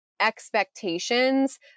expectations